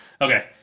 Okay